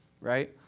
right